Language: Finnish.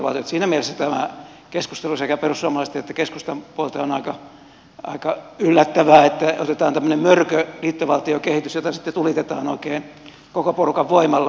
siinä mielessä tämä keskustelu sekä perussuomalaisten että keskustan puolelta on aika yllättävää että otetaan tämmöinen mörkö liittovaltiokehitys jota sitten tulitetaan oikein koko porukan voimalla